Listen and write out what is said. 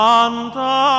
Santa